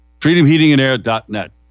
Freedomheatingandair.net